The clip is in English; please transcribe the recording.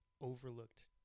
overlooked